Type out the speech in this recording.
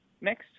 next